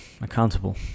accountable